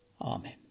Amen